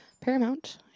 Paramount